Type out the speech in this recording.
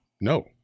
no